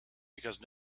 because